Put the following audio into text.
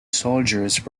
soldiers